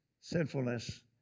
sinfulness